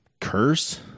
curse